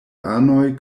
anoj